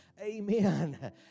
Amen